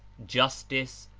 justice,